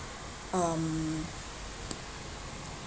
um